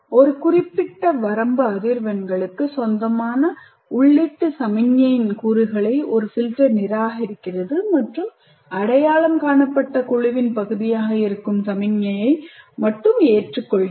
ஒரு குறிப்பிட்ட வரம்பு அதிர்வெண்களுக்கு சொந்தமான உள்ளீட்டு சமிக்ஞையின் கூறுகளை ஒரு filter நிராகரிக்கிறது மற்றும் அடையாளம் காணப்பட்ட குழுவின் பகுதியாக இருக்கும் சமிக்ஞையை மட்டுமே ஏற்றுக்கொள்கிறது